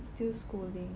still schooling